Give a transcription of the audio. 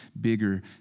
bigger